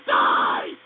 die